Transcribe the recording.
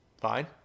fine